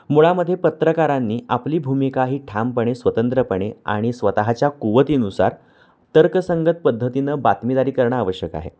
मुळामध्ये पत्रकारांनी आपली भूमिका ही ठामपणे स्वतंत्रपणे आणि स्वतःच्या कुवतीनुसार तर्कसंगत पद्धतीनं बातमीदारी करणं आवश्यक आहे